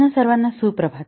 आपणा सर्वांना सुप्रभात